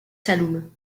saloum